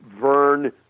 Vern